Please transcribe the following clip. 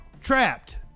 Trapped